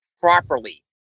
properly